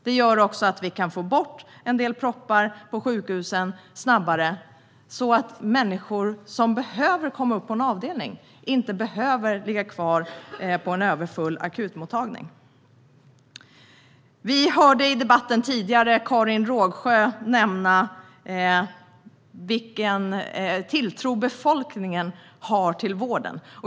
Det gör också att vi kan få bort en del proppar på sjukhusen snabbare, så att människor som behöver komma upp på en avdelning inte blir tvungna att ligga kvar på en överfull akutmottagning. Vi hörde tidigare i debatten Karin Rågsjö nämna vilken tilltro befolkningen har till vården.